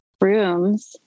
rooms